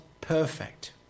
perfect